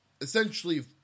essentially